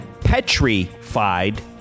petrified